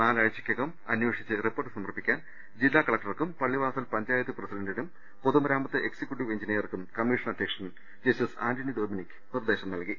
നാലാഴ്ച യ്ക്കകം അന്വേഷിച്ച് റിപ്പോർട്ട് സമർപ്പിക്കാൻ ജില്ലാ കലക്ടർക്കും പള്ളിവാ ട സൽ പഞ്ചായത്ത് പ്രസിഡന്റിനും പൊതുമരാമത്ത് എക്സിക്യൂട്ടീവ് എഞ്ചി നീയർക്കും കമ്മീഷൻ അധ്യക്ഷൻ ജസ്റ്റിസ് ആന്റണി ഡൊമിനിക്ക് നിർദ്ദേശം നൽകി